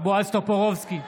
בועז טופורובסקי,